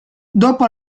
dopo